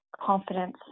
confidence